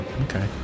Okay